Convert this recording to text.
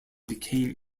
became